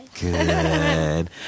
Good